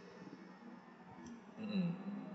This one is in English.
mm